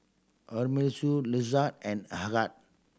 Amirul Izzat and Ahad